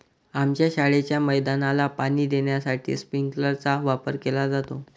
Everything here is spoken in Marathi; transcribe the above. आमच्या शाळेच्या मैदानाला पाणी देण्यासाठी स्प्रिंकलर चा वापर केला जातो